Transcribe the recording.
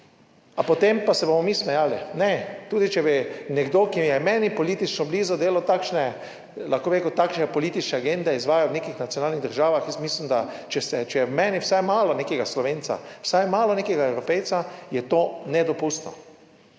A potem pa se bomo mi smejali? Ne, tudi, če bi nekdo, ki je meni politično blizu delal takšne, lahko bi rekel takšne politične agende, izvajal v nekih nacionalnih državah, jaz mislim, da se, če je v meni vsaj malo nekega Slovenca, vsaj malo nekega Evropejca, je to nedopustno,